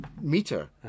meter